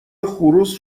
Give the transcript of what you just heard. خروس